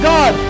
God